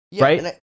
Right